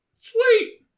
Sweet